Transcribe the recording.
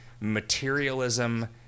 materialism